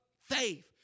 faith